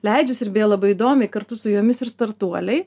leidžias ir vėl labai įdomiai kartu su jomis ir startuoliai